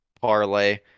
parlay